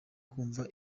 kumva